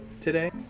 today